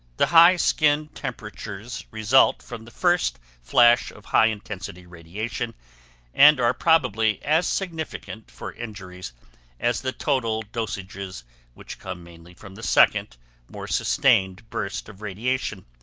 the high skin temperatures result from the first flash of high intensity radiation and are probably as significant for injuries as the total dosages which come mainly from the second more sustained burst of radiation.